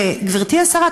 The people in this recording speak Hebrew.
גברתי השרה,